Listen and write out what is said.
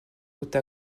côte